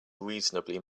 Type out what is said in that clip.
reasonably